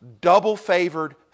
double-favored